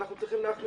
אנחנו צריכים להחמיר.